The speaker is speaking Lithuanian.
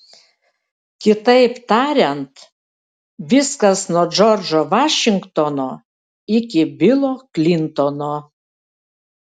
kitaip tariant viskas nuo džordžo vašingtono iki bilo klintono